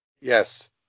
Yes